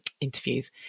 Interviews